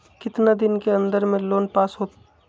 कितना दिन के अन्दर में लोन पास होत?